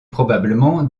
probablement